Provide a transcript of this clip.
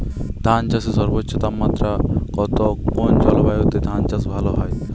ধান চাষে সর্বোচ্চ তাপমাত্রা কত কোন জলবায়ুতে ধান চাষ ভালো হয়?